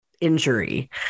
injury